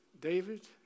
David